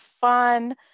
fun